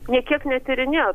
nė kiek netyrinėjo